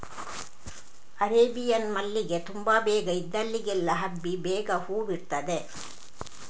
Arabian ಮಲ್ಲಿಗೆ ತುಂಬಾ ಬೇಗ ಇದ್ದಲ್ಲಿಗೆಲ್ಲ ಹಬ್ಬಿ ಬೇಗ ಹೂ ಬಿಡ್ತದೆ